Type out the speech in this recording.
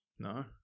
no